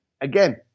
again